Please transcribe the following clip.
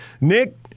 Nick